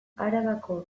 arabako